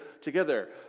together